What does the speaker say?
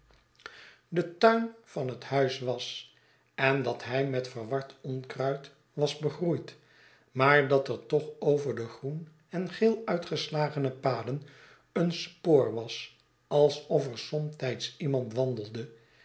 de tuin van het huis was en dat hij met verward onkruid was begroeid maar dat er toch over de groen en geel uitgeslagene paden een spoor was alsof er somtijds iemand wandelde